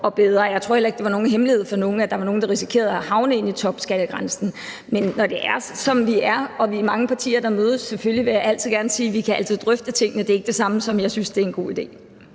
og bedre. Jeg tror heller ikke, det var nogen hemmelighed for nogen, at der var nogle, der kunne risikere at havne inden for topskattegrænsen. Men vi er, som vi er, og vi er mange partier, der mødes, og vi kan selvfølgelig altid kan drøfte tingene, men det er ikke det samme, som at jeg synes, det er en god idé.